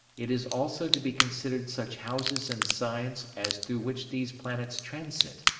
it is also to be considered such houses and signs as through which these planets transit.